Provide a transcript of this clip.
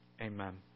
Amen